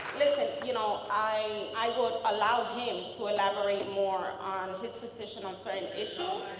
listen, you know, i i would allow him to elaborate more on his position on certain issues.